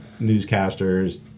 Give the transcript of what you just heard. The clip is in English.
newscasters